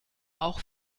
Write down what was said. auch